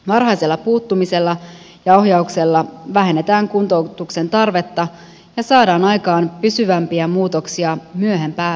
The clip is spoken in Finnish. varhaisella puuttumisella ja ohjauksella vähennetään kuntoutuksen tarvetta ja saadaan aikaan pysyvämpiä muutoksia myöhempää työuraakin palvellen